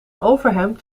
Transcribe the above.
overhemd